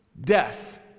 Death